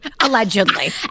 Allegedly